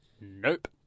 Nope